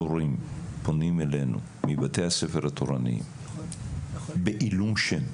ההורים פונים אלינו מבתי הספר התורניים בעילום שם,